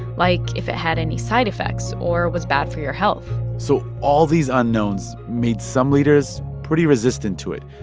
like if it had any side effects or was bad for your health so all these unknowns made some leaders pretty resistant to it,